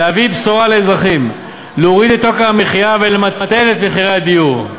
להביא בשורה לאזרחים: להוריד את יוקר המחיה ולמתן את מחירי הדיור.